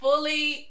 Fully